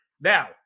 Now